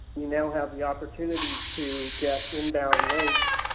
you know have the opportunity to get inbound links